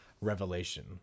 revelation